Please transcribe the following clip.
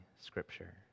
Scripture